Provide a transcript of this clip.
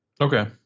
okay